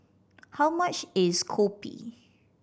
how much is kopi